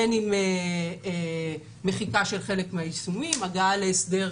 בין אם מחיקה של חלק מהאישומים, הגעה להסדר